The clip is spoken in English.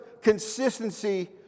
consistency